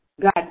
God